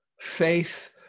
faith